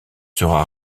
sera